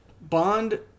Bond